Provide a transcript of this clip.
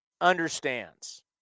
understands